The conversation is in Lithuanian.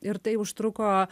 ir tai užtruko